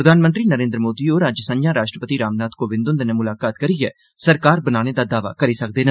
प्रधानमंत्री नरेन्द्र मोदी होर अज्ज संझां राष्ट्रपति रामनाथ कोविंद हुंदे'नै मुलाकात करियै सरकार बनाने दा दावा करी सकदे न